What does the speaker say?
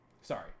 Sorry